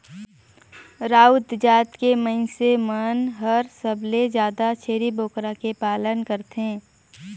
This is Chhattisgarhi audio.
राउत जात के मइनसे मन हर सबले जादा छेरी बोकरा के पालन करथे